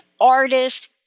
artist